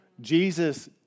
Jesus